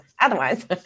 otherwise